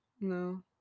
no